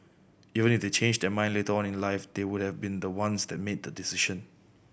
even if they change their mind later on in life they would have been the ones that made the decision